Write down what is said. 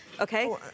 Okay